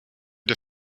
der